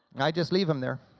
and i just leave them there.